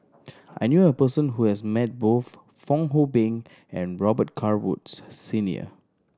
I knew a person who has met both Fong Hoe Beng and Robet Carr Woods Senior